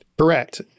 Correct